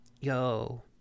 Yo